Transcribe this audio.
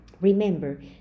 Remember